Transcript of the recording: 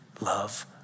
love